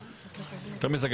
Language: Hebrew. אבטחת מידע,